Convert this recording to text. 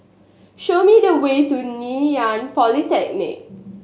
show me the way to Ngee Ann Polytechnic